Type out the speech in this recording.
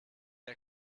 der